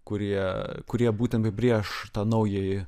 kurie kurie būtent apibrėš tą naująjį